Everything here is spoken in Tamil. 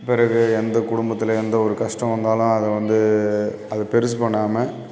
பிறகு எந்த குடும்பத்தில் எந்த ஒரு கஷ்டம் வந்தாலும் அதை வந்து அதை பெருசு பண்ணாமல்